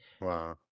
Wow